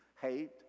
Hate